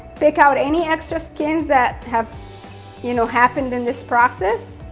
pick out any extra skins that have you know happened in this process.